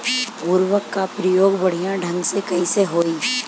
उर्वरक क प्रयोग बढ़िया ढंग से कईसे होई?